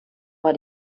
war